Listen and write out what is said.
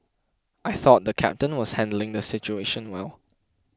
I thought the captain was handling the situation well